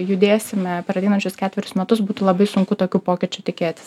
judėsime per ateinančius ketverius metus būtų labai sunku tokių pokyčių tikėtis